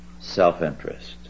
self-interest